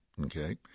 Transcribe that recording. Okay